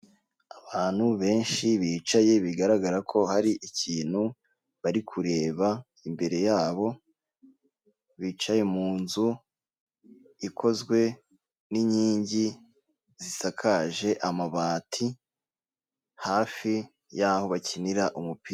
Abantu benshi bicaye bigaragara ko hari ikintu bari kureba imbere yabo, bicaye mu nzu ikozwe n'inkingi zisakaje amabati, hafi y'aho bakinira umupira.